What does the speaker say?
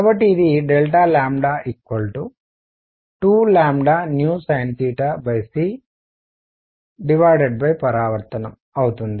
కాబట్టి ఇది 2sincపరావర్తనం అవుతుంది